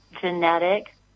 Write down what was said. genetic